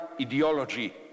ideology